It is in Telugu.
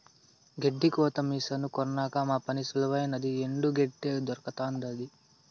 గెడ్డి కోత మిసను కొన్నాక మా పని సులువైనాది ఎండు గెడ్డే దొరకతండాది